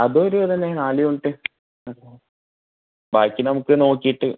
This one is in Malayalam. അതും ഇതുപോലെ തന്നെ നാല് യൂണിറ്റ് ബാക്കി നമുക്ക് നോക്കിയിട്ട്